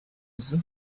nzu